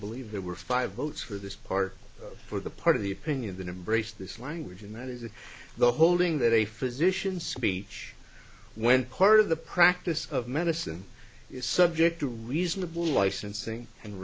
believe there were five votes for this part for the part of the opinion that embraced this language and that is the holding that a physician speech when part of the practice of medicine is subject to reasonable licensing and